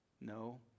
No